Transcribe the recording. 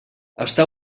està